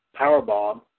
powerbomb